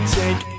take